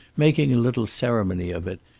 making a little ceremony of it,